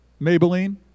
maybelline